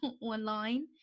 online